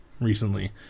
recently